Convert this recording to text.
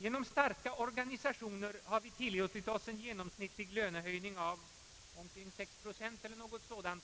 Genom stora organisationer har vi tillåtit oss en genomsnittlig löneförhöjning av omkring 6 procent